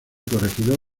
corregidor